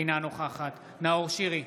אינה נוכחת נאור שירי,